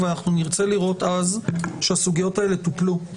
אבל אנחנו נרצה לראות אז שהסוגיות האלה טופלו.